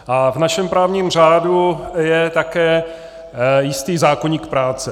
A v našem právním řádu je také jistý zákoník práce.